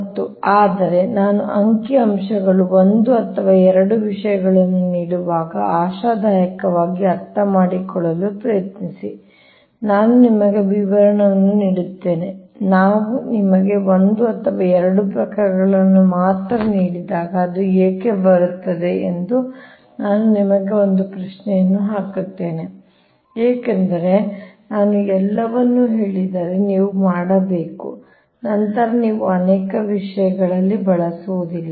ಮತ್ತು ಆದರೆ ನಾನು ಅಂಕಿಅಂಶಗಳು 1 ಅಥವಾ 2 ವಿಷಯಗಳನ್ನು ನೀಡುವಾಗ ಆಶಾದಾಯಕವಾಗಿ ಅರ್ಥಮಾಡಿಕೊಳ್ಳಲು ಪ್ರಯತ್ನಿಸಿ ನಾನು ನಿಮಗೆ ವಿವರಣೆಯನ್ನು ನೀಡುತ್ತೇನೆ ನಾವು ನಿಮಗೆ 1 ಅಥವಾ 2 ಪ್ರಕರಣಗಳನ್ನು ಮಾತ್ರ ನೀಡಿದಾಗ ಅದು ಏಕೆ ಬರುತ್ತಿದೆ ಎಂದು ನಾನು ನಿಮಗೆ ಒಂದು ಪ್ರಶ್ನೆಯನ್ನು ಹಾಕುತ್ತೇನೆ ಏಕೆಂದರೆ ನಾನು ಎಲ್ಲವನ್ನೂ ಹೇಳಿದರೆ ನೀವು ಮಾಡಬೇಕು ನಂತರ ನೀವು ಅನೇಕ ವಿಷಯಗಳಲ್ಲಿ ಬಳಸುವುದಿಲ್ಲ